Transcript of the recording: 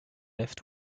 left